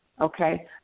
Okay